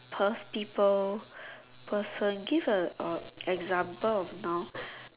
pers~ people person give a example of noun